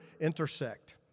intersect